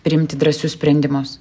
priimti drąsius sprendimus